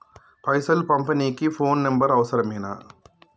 పైసలు పంపనీకి phone number అవసరమేనా?